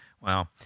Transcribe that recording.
wow